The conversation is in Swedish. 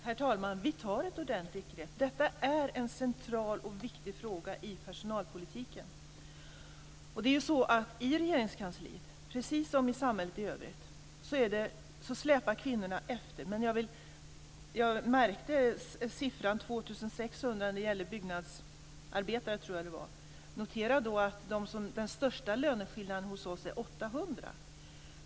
Herr talman! Vi tar ett ordentligt grepp. Detta är en central och viktig fråga i personalpolitiken. I Regeringskansliet, precis som i samhället i övrigt, släpar kvinnorna efter. Jag lade märke till att siffran var 2 600 när det gällde byggnadsarbetare. Notera då att den största löneskillnaden hos oss är 800.